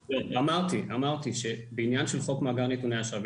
אמרתי שבעניין של חוק מאגר נתוני אשראי,